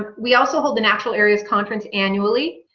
ah we also hold the natural areas conference annually,